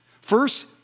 First